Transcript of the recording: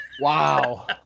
wow